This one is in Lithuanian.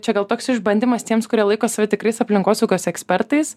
čia gal toks išbandymas tiems kurie laiko save tikrais aplinkosaugos ekspertais